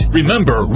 Remember